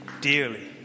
dearly